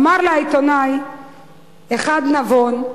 אמר לה עיתונאי אחד נבון: